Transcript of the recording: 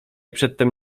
przedtem